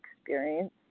experience